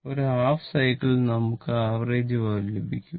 ഒരു ഹാഫ് സൈക്കിളിൽ നമുക്ക് ആവറേജ് വാല്യൂ ലഭിക്കും